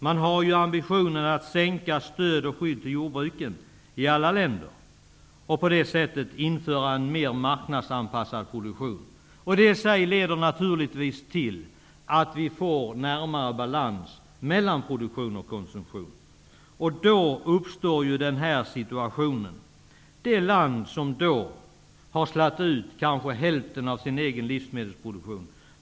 Man har ju i alla länder ambitionen att sänka stöd till och skydd för jordbruken och på det sättet införa en mer marknadsanpassad produktion. Det leder naturligtvis till att vi får bättre balans mellan produktion och konsumtion. Var står då det land som har slagit ut kanske hälften av sin egen livsmedelsproduktion?